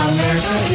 America